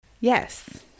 Yes